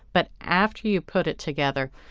but after you put it together,